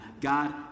God